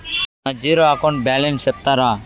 నా zero account balance సెప్తారా?